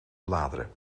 bladeren